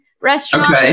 restaurant